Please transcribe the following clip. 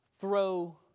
throw